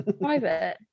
Private